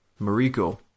Mariko